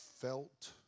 felt